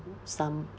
some